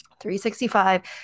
365